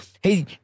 Hey